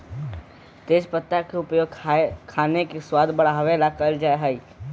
तेजपत्ता के उपयोग खाने के स्वाद बढ़ावे ला कइल जा हई